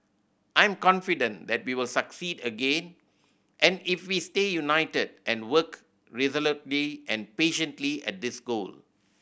I'm confident that we will succeed again and if we stay united and work resolutely and patiently at this goal